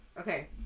Okay